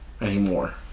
anymore